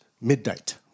midnight